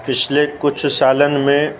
पिछले कुझु सालनि में